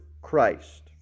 Christ